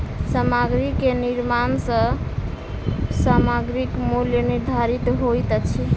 सामग्री के निर्माण सॅ सामग्रीक मूल्य निर्धारित होइत अछि